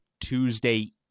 Tuesday